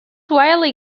widely